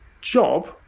job